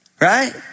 right